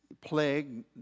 plague